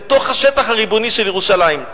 בתוך השטח הריבוני של ירושלים.